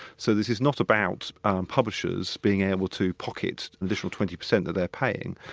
so, this is not about publishers being able to pocket the additional twenty percent that they're paying.